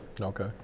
Okay